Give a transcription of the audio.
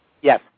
Yes